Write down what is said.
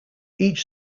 each